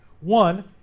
One